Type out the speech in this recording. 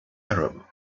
arab